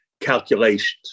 calculations